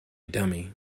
dummy